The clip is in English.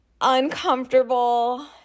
uncomfortable